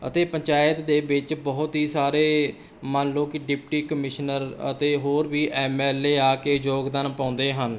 ਅਤੇ ਪੰਚਾਇਤ ਦੇ ਵਿੱਚ ਬਹੁਤ ਹੀ ਸਾਰੇ ਮੰਨ ਲਓ ਕਿ ਡਿਪਟੀ ਕਮਿਸ਼ਨਰ ਅਤੇ ਹੋਰ ਵੀ ਐਮ ਐਲ ਏ ਆ ਕੇ ਯੋਗਦਾਨ ਪਾਉਂਦੇ ਹਨ